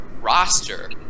roster